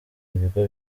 ibigo